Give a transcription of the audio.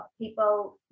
people